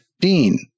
Dean